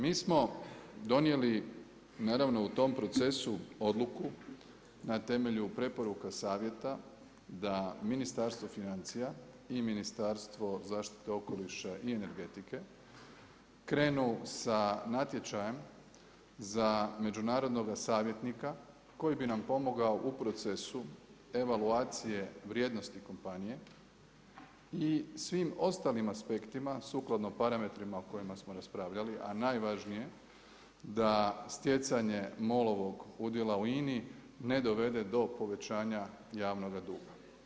Mi smo donijeli naravno u tom procesu odluku na temelju preporuka savjeta da Ministarstvo financija i Ministarstvo zaštite okoliša i energetike krenu sa natječajem za međunarodnoga savjetnika koji bi nam pomogao u procesu evaluacije vrijednosti kompanije i svim ostalim aspektima sukladno parametrima o kojima smo raspravljali, a najvažnije da stjecanje MOL-ovo udjela u INA-i ne dovede do povećanja javnoga duga.